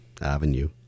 avenue